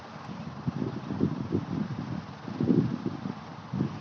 ఈ e commerce platform ధర మా వ్యవసాయ బడ్జెట్ కు సరిపోతుందా?